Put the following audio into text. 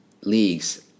leagues